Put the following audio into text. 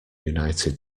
united